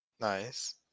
Nice